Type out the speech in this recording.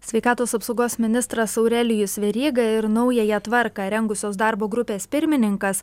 sveikatos apsaugos ministras aurelijus veryga ir naująją tvarką rengusios darbo grupės pirmininkas